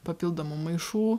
papildomų maišų